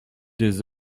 des